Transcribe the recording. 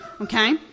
Okay